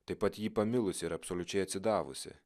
taip pat jį pamilusi ir absoliučiai atsidavusi